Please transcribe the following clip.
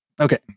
okay